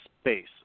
Space